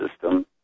system